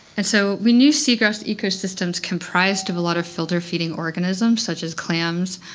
and so we knew seagrass ecosystems comprised of a lot of filter-feeding organisms such as clams.